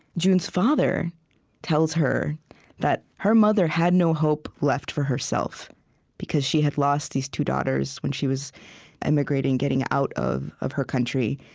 june's father tells her that her mother had no hope left for herself because she had lost these two daughters when she was emigrating, getting out of of her country,